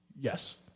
Yes